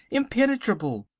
impenetrable.